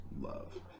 love